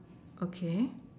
okay